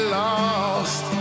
lost